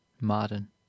Marden